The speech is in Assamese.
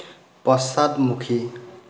পশ্চাদমুখী